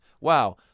wow